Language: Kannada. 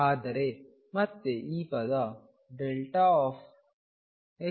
ಆದರೆ ಮತ್ತೆ ಈ ಪದ δx x